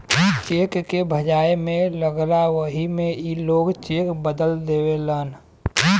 check के भजाए मे लगला वही मे ई लोग चेक बदल देवेलन